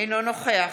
אינו נוכח